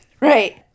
Right